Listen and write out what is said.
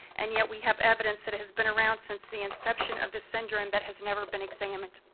and yet we have evidence that has been around since the inception of this syndrome that has never been examined.